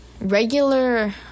regular